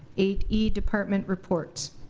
eight e department reports.